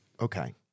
Okay